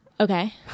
Okay